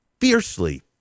fiercely